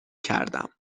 کردم